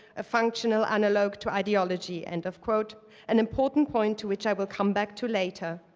a functional analog to ideology, end of quote an important point to which i will come back to later.